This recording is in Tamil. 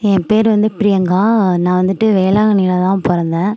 ஏன் பேர் வந்து பிரியங்கா நான் வந்துவிட்டு வேளாங்கண்ணியில தான் பிறந்தேன்